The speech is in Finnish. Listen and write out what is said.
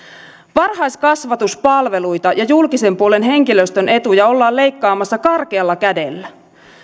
varhaiskasvatuspalveluita ja julkisen puolen henkilöstön etuja ollaan leikkaamassa karkealla kädellä